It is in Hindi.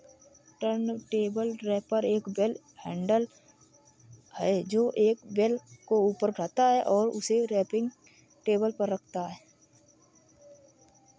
टर्नटेबल रैपर एक बेल हैंडलर है, जो एक बेल को ऊपर उठाता है और उसे रैपिंग टेबल पर रखता है